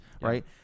right